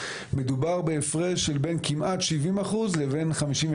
מדובר בהפרש של בין כמעט 70% לבין 52%,